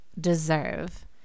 deserve